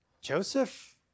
Joseph